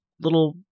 little